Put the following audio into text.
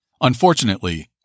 Unfortunately